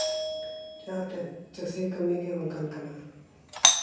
ᱪᱮᱫᱟᱜ ᱛᱮ ᱪᱟᱹᱥᱤ ᱠᱟᱹᱢᱤ ᱜᱮ ᱚᱱᱠᱟᱱ ᱠᱟᱱᱟ